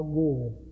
good